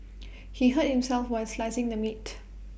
he hurt himself while slicing the meat